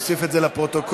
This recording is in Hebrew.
נוסיף את זה לפרוטוקול.